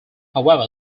however